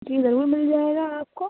جی ضرور مل جائے گا آپ کو